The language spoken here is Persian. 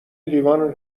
لیوان